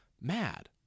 mad